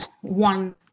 one